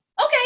okay